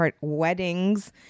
Weddings